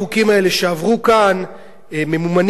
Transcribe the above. ממומנים על-ידי המדינה והרשויות המקומיות,